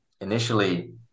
initially